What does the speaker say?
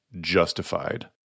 justified